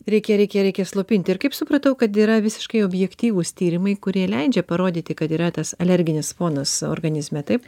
reikia reikia reikia slopinti ir kaip supratau kad yra visiškai objektyvūs tyrimai kurie leidžia parodyti kad yra tas alerginis fonas organizme taip